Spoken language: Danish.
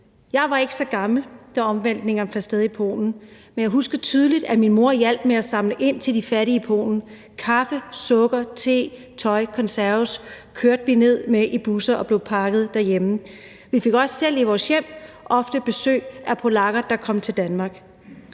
Jeg var ikke så gammel, da omvæltningerne fandt sted i Polen, men jeg husker tydeligt, at min mor hjalp med at samle ind til de fattige i Polen: Vi kørte ned i busser med kaffe, sukker, the, tøj og konserves, som blev pakket derhjemme. Vi fik også selv i vores hjem ofte besøg af polakker, der kom til Danmark.